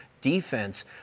defense